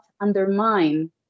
undermine